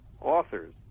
authors